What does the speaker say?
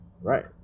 right